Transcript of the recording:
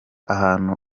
ahantu